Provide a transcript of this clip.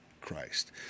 Christ